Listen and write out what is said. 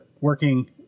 working